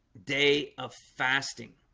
day of fasting